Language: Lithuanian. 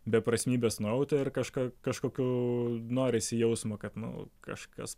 beprasmybės nuojautą ir kažka kažkokių norisi jausmo kad nu kažkas